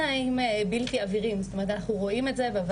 אבל גם לה יש תנאי סף שחוסמים את הדרך